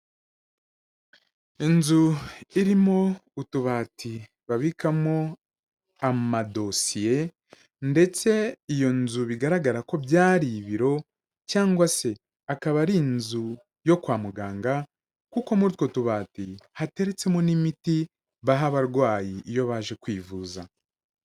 Inzu irimo utubati babikamo amadosiye ndetse iyo nzu bigaragara ko byari ibiro cyangwa se akaba ari inzu yo kwa muganga kuko muri utwo tubati hateretsemo n'imiti baha abarwayi iyo baje kwivuza.